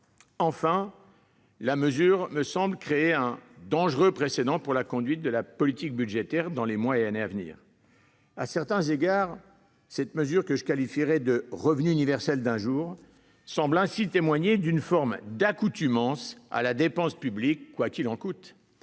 Enfin, cette disposition me semble créer un précédent dangereux pour la conduite de la politique budgétaire dans les mois et années à venir. À certains égards, ce que je qualifierai de « revenu universel d'un jour » témoigne d'une forme d'accoutumance à la dépense publique « quoi qu'il en coûte